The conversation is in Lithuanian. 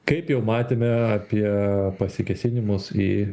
kaip jau matėme apie pasikėsinimus į